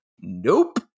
nope